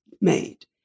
made